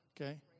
Okay